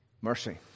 mercy